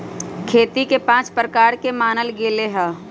खेती के पाँच प्रकार के मानल गैले है